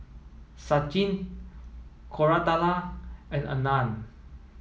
Sachin Koratala and Anand